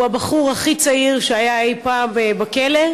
הוא הבחור הכי צעיר שהיה אי-פעם בכלא,